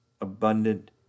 abundant